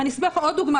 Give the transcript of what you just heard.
אני אספר לך עוד דוגמה.